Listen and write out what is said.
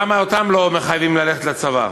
למה אותן לא מחייבים ללכת לצבא?